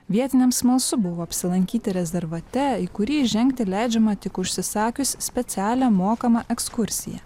vietiniams smalsu buvo apsilankyti rezervate į kurį įžengti leidžiama tik užsisakius specialią mokamą ekskursiją